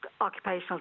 occupational